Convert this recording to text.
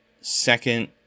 second